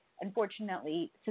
unfortunately